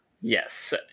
Yes